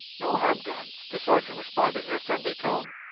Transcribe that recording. no harm done, the sergeant responded in a friendly tone.